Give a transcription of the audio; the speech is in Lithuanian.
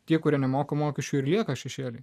tie kurie nemoka mokesčių ir lieka šešėlyje